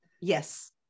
yes